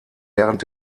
während